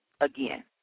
again